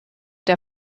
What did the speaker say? der